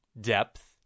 depth